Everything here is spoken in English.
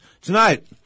Tonight